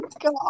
God